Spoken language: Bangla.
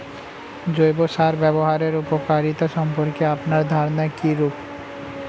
জৈব সার ব্যাবহারের উপকারিতা সম্পর্কে আপনার ধারনা কীরূপ?